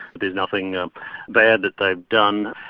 there's nothing bad that they've done.